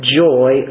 joy